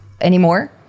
anymore